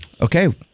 Okay